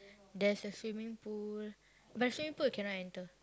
there's a swimming pool but swimming pool you cannot enter